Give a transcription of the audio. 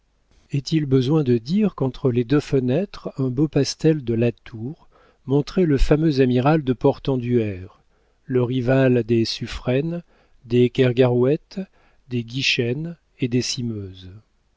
est-il besoin de dire qu'entre les deux fenêtres un beau pastel de latour montrait le fameux amiral de portenduère le rival des suffren des